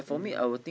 um